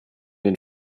den